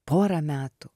porą metų